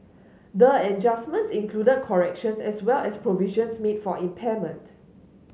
the adjustments included corrections as well as provisions made for impairment